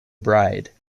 bride